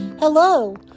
Hello